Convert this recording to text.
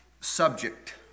subject